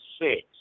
six